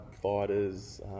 fighters